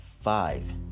five